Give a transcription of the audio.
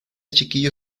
chiquillo